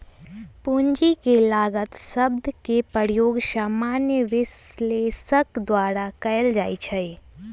पूंजी के लागत शब्द के प्रयोग सामान्य विश्लेषक द्वारा कएल जाइ छइ